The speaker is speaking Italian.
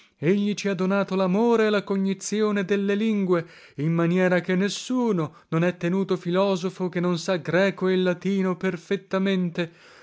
egli ci ha donato lamore e la cognizione delle lingue in maniera che nessuno non è tenuto filosofo che non sa greco e latino perfettamente